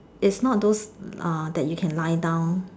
is not those uh that you can lie down